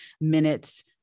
minutes